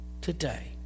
today